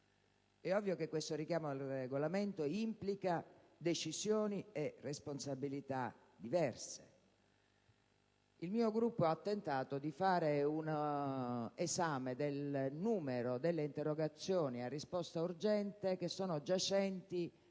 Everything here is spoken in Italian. È ovvio che questo richiamo al Regolamento implica decisioni e responsabilità diverse. Il mio Gruppo ha tentato di fare un esame del numero delle interrogazioni a risposta urgente giacenti